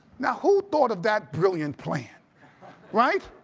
now, who thought of that brilliant plan right?